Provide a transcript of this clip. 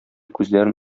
күзләрен